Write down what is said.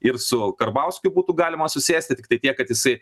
ir su karbauskiu būtų galima susėsti tiktai tiek kad jisai